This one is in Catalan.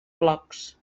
blocs